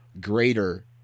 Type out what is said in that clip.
greater